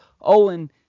owen